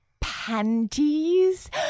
panties